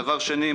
דבר שני,